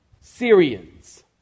Syrians